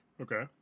okay